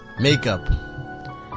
Makeup